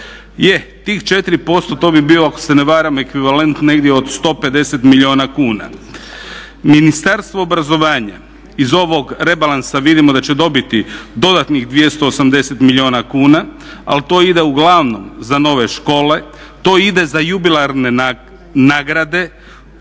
Je, tih 4% to bi bio ako se ne varam ekvivalent negdje od 150 milijuna kuna. Ministarstvo obrazovanja iz ovog rebalansa vidimo da će dobiti dodatnih 280 milijuna kuna, al to ide uglavnom za nove škole, to ide za jubilarne nagrade